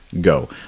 go